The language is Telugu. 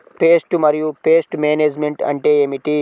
పెస్ట్ మరియు పెస్ట్ మేనేజ్మెంట్ అంటే ఏమిటి?